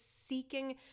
seeking